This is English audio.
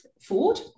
ford